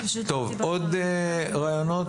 עוד רעיונות?